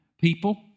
people